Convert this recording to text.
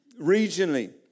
Regionally